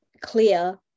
clear